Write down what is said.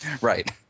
right